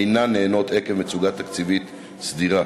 אינן נענות עקב מצוקה תקציבית סדירה.